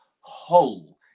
whole